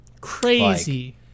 Crazy